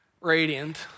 radiant